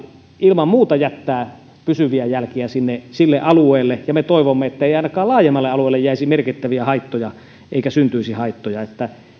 ilman muuta jättää pysyviä jälkiä sille alueelle ja me toivomme että ei ei ainakaan laajemmalle jäisi merkittäviä haittoja eikä syntyisi haittoja